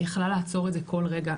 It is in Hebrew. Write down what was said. היא יכלה לעצור את זה כל רגע,